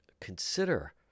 consider